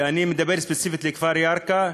ואני מדבר ספציפית על כפר ירכא,